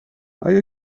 آیا